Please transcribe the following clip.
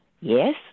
Yes